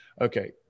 Okay